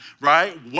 right